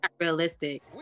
realistic